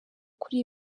kuri